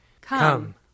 Come